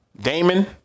Damon